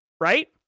right